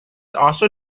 also